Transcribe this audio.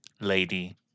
lady